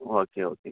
okay okay